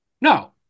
No